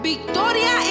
Victoria